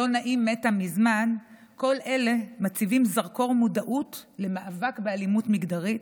"לא נעים מתה מזמן" כל אלו מציבים זרקור מודעות למאבק באלימות מגדרית,